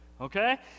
Okay